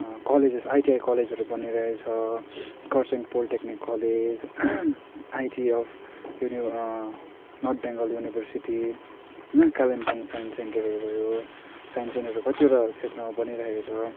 colleges ITI कलेजहरू बनिरहेछ Kurseong polytechnic college IT अब् युनि नर्थ बेङ्गल युनिभर्सिटी होइन कालेम्पोङ साइन्स सेन्टरहरू साइन्स सेन्टरहरू कतिवटा क्षेत्रमा बनिरहेको छ